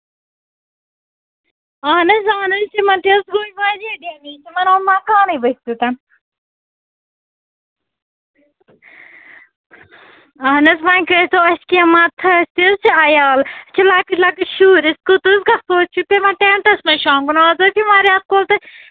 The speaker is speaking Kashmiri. اَہَن حظ اَہَن حظ تِمن تہِ حظ گووُے واریاہ ڈیمیج تِمن آو مَکانَے ؤسِتھ اَہن حظ وۅنۍ کٔرۍتو اَسہِ کیٚنٛہہ مَدتھا اَسہِ تہِ حظ چھُ عیال اَسہِ چھِ لۄکٕٹۍ لۄکٕٹۍ شُرۍ أسۍ کوٚت حظ گژھو اَسہِ چھُ پٮ۪وان ٹینٛٹَس منٛز شۅنٛگُن اَز حظ چھُ وۅنۍ رٮ۪تہٕ کول تہٕ